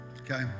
okay